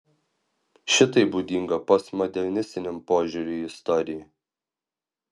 šitai būdinga postmodernistiniam požiūriui į istoriją